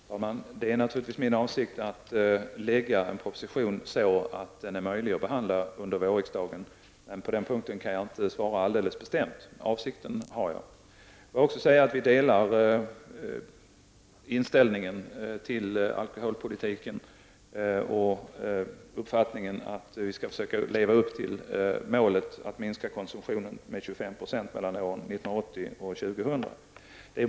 Herr talman! Det är naturligtvis min avsikt att lägga fram en proposition så att den är möjlig att behandla under vårriksdagen. På den punkten kan jag emellertid inte svara alldeles bestämt. Men detta är i alla fall min avsikt. Daniel Tarschys och jag har samma inställning till alkoholpolitiken, och vi delar uppfattningen att vi skall försöka leva upp till målet att mellan åren 1980 och 2000 minska konsumtionen med 25 %.